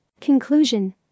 Conclusion